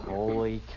Holy